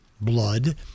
blood